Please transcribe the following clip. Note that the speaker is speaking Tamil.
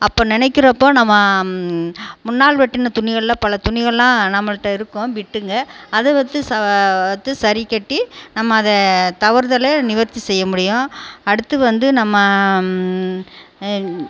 அப்போ நினைக்கிறப்போ நம்ம முன்னால் வெட்டின துணிகளில் பல துணிகள்லாம் நம்மகிட்ட இருக்கும் பிட்டுங்க அதை வந்து ச சரிகட்டி நம்ம அதை தவறுதலை நிவர்த்தி செய்ய முடியும் அடுத்து வந்து நம்ம